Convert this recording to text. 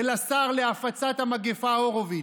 ולשר להפצת המגפה הורוביץ.